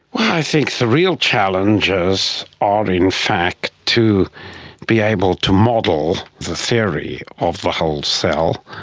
i think the real challenges are in fact to be able to model the theory of the whole cell.